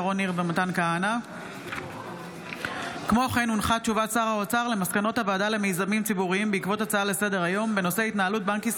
שרון ניר ומתן כהנא בנושא: מניעת אובדנות בקרב הלומי